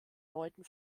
leuten